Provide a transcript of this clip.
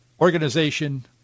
organization